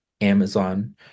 amazon